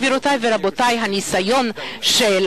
גבירותי ורבותי, הניסיון של